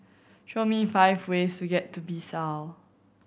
show me five ways to get to Bissau